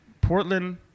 Portland